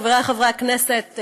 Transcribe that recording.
חבריי חברי הכנסת,